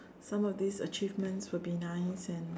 some of these achievements will be nice and